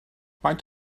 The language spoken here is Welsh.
faint